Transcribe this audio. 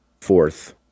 fourth